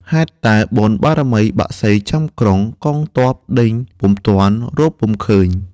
ហេតុតែបុណ្យបារមីបក្សីចាំក្រុង កងទ័ពដេញតាមពុំទាន់ រកពុំឃើញ។